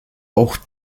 auch